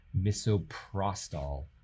misoprostol